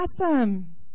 awesome